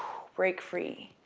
break free.